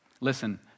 listen